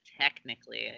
Technically